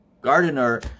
gardener